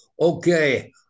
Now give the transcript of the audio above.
Okay